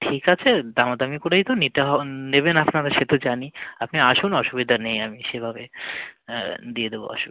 ঠিক আছে দামাদামি করেই তো নিতে হ নেবেন আপনারা সে তো জানি আপনি আসুন অসুবিধা নেই আমি সেভাবে দিয়ে দেবো অসুবিধা নেই